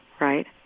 right